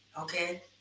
okay